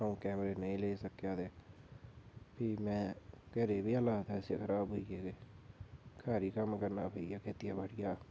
अऊं कैमरे नेईं लेई सकेआ फ्ही घरै दे बी हालात ऐसे खराब होई गे कि घर बी कम्म करना पेई गेआ खेती बाह्ड़िया दा